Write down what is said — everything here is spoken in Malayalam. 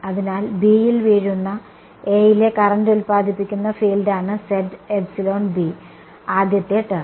അതിനാൽ B യിൽ വീഴുന്ന A യിലെ കറന്റ് ഉൽപ്പാദിപ്പിക്കുന്ന ഫീൽഡാണ് ആദ്യത്തെ ടേം